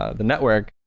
ah the network.